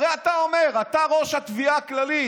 הרי אתה אומר: אתה ראש התביעה הכללית,